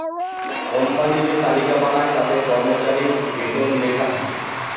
company যে তালিকা বানায় তাতে কর্মচারীর বেতন লেখা থাকে